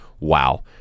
wow